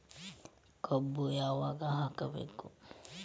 ಕಬ್ಬು ಯಾವಾಗ ಹಾಕಬೇಕು?